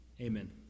Amen